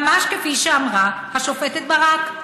ממש כפי שאמרה השופטת ברק.